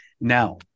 Now